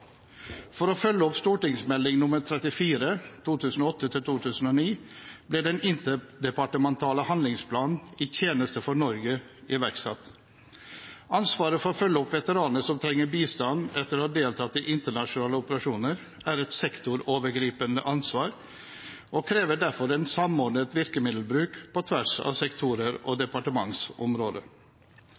for 2008–2009. For å følge opp St.meld. nr. 34 for 2008–2009 ble den interdepartementale handlingsplanen «I tjeneste for Norge» iverksatt. Ansvaret for å følge opp veteraner som trenger bistand etter å ha deltatt i internasjonale operasjoner, er et sektorovergripende ansvar og krever derfor en samordnet virkemiddelbruk på tvers av sektorer og departementsområder.